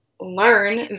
learn